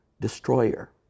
destroyer